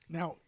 Now